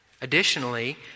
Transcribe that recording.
additionally